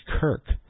Kirk